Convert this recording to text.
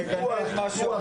חברת הכנסת גבי לסקי, בבקשה.